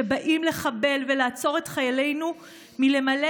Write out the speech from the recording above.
שבאים לחבל ולעצור את חיילינו מלמלא